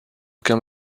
aucun